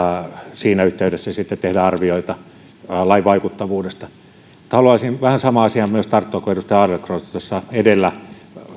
siinä yhteydessä sitten tehdä arvioita lain vaikuttavuudesta mutta haluaisin myös vähän samaan asiaan tarttua kuin edustaja adlercreutz tuossa edellä